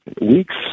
weeks